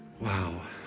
Wow